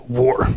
war